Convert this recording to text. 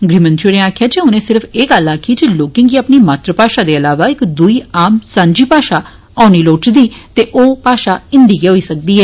गृहमंत्री होरें आक्खेआ जे उनें सिफ एह् गल्ल आक्खी ही जे लोकें गी अपनी मात्र भाषा दे ईलावा इक दूई आम सांझी भाषा औनी चाहिदी ते ओह् हिंदी गै होई सकदी ऐ